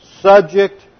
subject